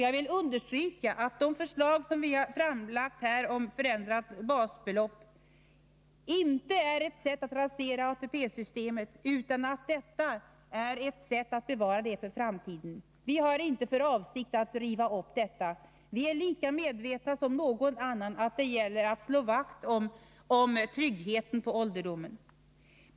Jag vill understryka att de förslag som vi framlagt om ett förändrat basbelopp inte är ett försök att rasera ATP-systemet utan ett sätt att bevara det för framtiden. Vi har inte för avsikt att riva upp det. Vi är lika medvetna som någon annan att det gäller att slå vakt om tryggheten på ålderdomen.